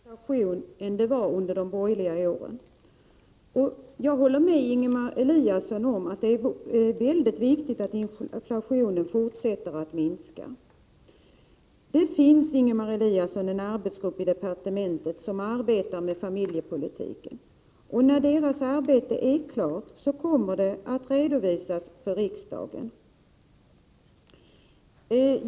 Herr talman! Vi har nu en lägre inflation än under de borgerliga åren, och jag håller med Ingemar Eliasson om att det är mycket viktigt att inflationen fortsätter att minska. Det finns, Ingemar Eliasson, en arbetsgrupp i departementet som arbetar med familjepolitiken, och när dess arbete är klart kommer det att redovisas för riksdagen.